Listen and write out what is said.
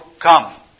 come